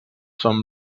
són